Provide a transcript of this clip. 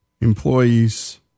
employees